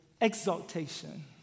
exaltation